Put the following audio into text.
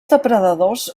depredadors